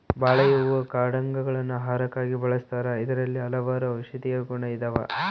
ಬಾಳೆಯ ಹೂ ಹಣ್ಣು ಕಾಂಡಗ ಳನ್ನು ಆಹಾರಕ್ಕಾಗಿ ಬಳಸ್ತಾರ ಇದರಲ್ಲಿ ಹಲವಾರು ಔಷದಿಯ ಗುಣ ಇದಾವ